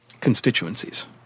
constituencies